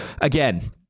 again